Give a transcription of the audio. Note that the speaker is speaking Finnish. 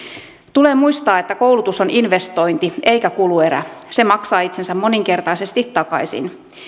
tulee muistaa että koulutus on investointi eikä kuluerä se maksaa itsensä moninkertaisesti takaisin